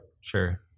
sure